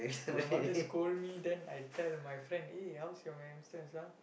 my mother scold me then I tell my friend eh how's your my hamsters ah